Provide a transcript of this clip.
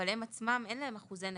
אבל הם עצמם אין להם אחוזי נכות,